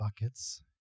buckets